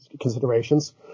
considerations